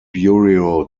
bureau